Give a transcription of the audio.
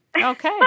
Okay